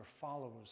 followers